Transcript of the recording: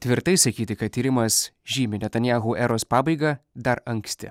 tvirtai sakyti kad tyrimas žymi netanijahu eros pabaigą dar anksti